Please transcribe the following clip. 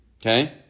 Okay